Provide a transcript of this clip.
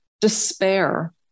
despair